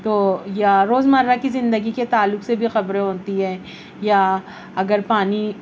تو یا روزمرہ کی زندگی کے تعلق سے بھی خبریں ہوتی ہیں یا اگر پانی